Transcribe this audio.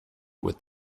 with